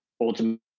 ultimately